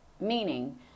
meaning